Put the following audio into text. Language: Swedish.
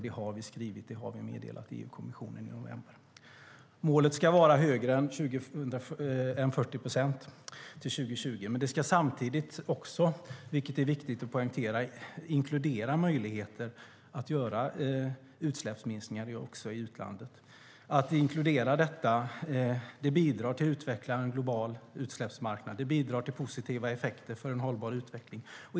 Det har vi skrivit; det meddelade vi EU-kommissionen i november. Målet ska vara högre än 40 procent till 2020, men det ska samtidigt, vilket är viktigt att poängtera, inkludera möjligheter att göra utsläppsminskningar också i utlandet. Att inkludera detta bidrar till utvecklingen av en global utsläppsmarknad. Det bidrar till positiva effekter för hållbar utveckling.